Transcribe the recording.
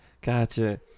Gotcha